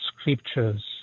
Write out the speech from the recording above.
scriptures